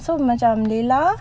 so macam layla